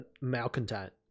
malcontent